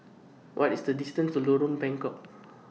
What IS The distance to Lorong Bengkok